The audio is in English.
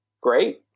Great